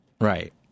right